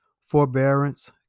forbearance